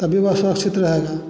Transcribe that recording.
तभी वह सुरक्षित रहेगा